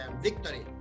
victory